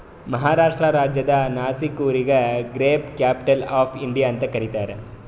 ಮಹಾರಾಷ್ಟ್ರ ರಾಜ್ಯದ್ ನಾಶಿಕ್ ಊರಿಗ grape capital of India ಅಂತ್ ಕರಿತಾರ್